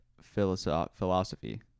philosophy